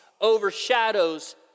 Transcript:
overshadows